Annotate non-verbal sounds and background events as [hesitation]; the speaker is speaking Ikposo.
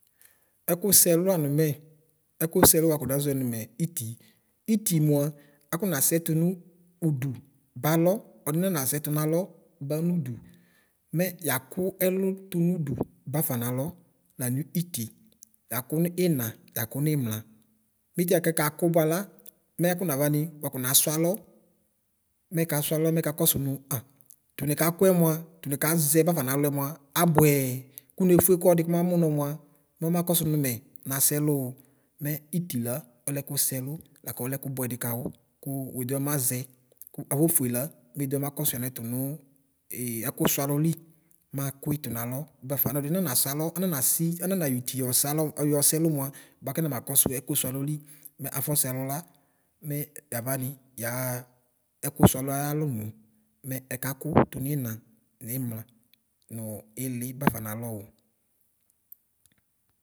Ɛkʋsɛlʋ lawʋ mɛ ɛkʋsɛlʋ wako nazɔɛ nʋmɛ iti iti mʋa akɔnasɛ tʋmʋ ʋdʋ balɔ ɔnanasɛ tʋwalɔ bawʋ ʋdʋ mɛ yako ɛlʋ tʋnʋ ʋdʋ bafa nalɔ lʋmʋ iti yakʋ nʋ ina yakʋ nimla mitiɛ bʋakʋ akʋ bʋala mɛ akɔ navani wakɔnasʋ alɔ mɛkasʋ nʋ aa tuni kakʋɛ mʋa tʋnikazɛ bafa nalɔɛ mʋ abʋɛ kʋ nefʋe kɔlɔdi kɔ mamʋ nɔ mʋa mɔmakʋsʋ nʋ mɛ nasɛlʋ mɛ iti la ɔla ɛkʋsɛ ɛlʋ lakɔlɛ ɛkʋ bʋɛdi kawʋ kʋ wodola mayɛ aofʋela medola makɔsʋ yanɛtʋ nʋ [hesitation] ɛkʋsʋ alɔli makui dʋnalɔ bafɔ ɔdinana na sʋalɔ ananse ananayɔ iti yɔ sɛalɔ yɔsɛlʋ mʋa kɛ nabakɔsʋ ɛkʋsʋ alɔli mɛ afɔsɛ ɛlʋ la mɛ yawani yaxa ɛkʋsʋ alɔ ayalɔ mɛ ɛkakʋ tʋnʋ ina nimla nʋ ili bafa nalɔ o.